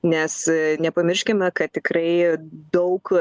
nes nepamirškime kad tikrai daug